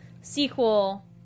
sequel